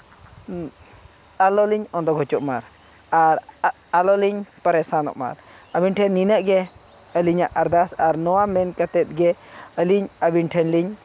ᱟᱞᱚᱞᱤᱧ ᱚᱫᱚ ᱜᱚᱪᱚᱜ ᱢᱟ ᱟᱨ ᱟᱞᱚᱞᱤᱧ ᱯᱟᱹᱨᱤᱥᱚᱱᱜᱢᱟ ᱟᱹᱵᱤᱱ ᱴᱷᱮᱱ ᱱᱤᱱᱟᱹᱜ ᱜᱮ ᱟᱹᱞᱤᱧᱟᱜ ᱟᱨᱫᱟᱥ ᱟᱨ ᱱᱚᱣᱟ ᱢᱮᱱ ᱠᱟᱛᱮᱫ ᱜᱮ ᱟᱹᱞᱤᱧ ᱟᱹᱵᱤᱱ ᱴᱷᱮᱱ ᱞᱤᱧ